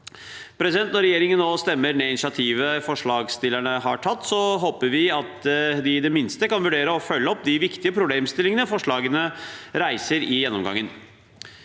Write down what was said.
Når regjeringspartiene nå stemmer ned initiativet forslagsstillerne har tatt, håper vi at de i det minste kan vurdere å følge opp de viktige problemstillingene forslaget reiser, i gjennomgangen.